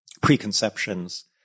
preconceptions